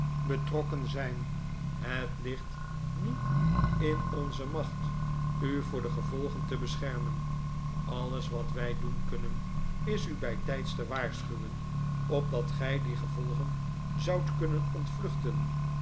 betrokken zijn het ligt niet in onze macht u voor de gevolgen te beschermen alles wat wij doen kunnen is u bijtijds te waarschuwen opdat gij die gevolgen zoudt kunnen ontvluchten